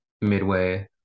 midway